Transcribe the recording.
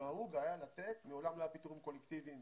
נהוג היה לתת, מעולם לא היו פיטורין קולקטיביים